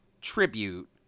tribute